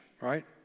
right